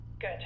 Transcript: Good